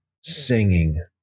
singing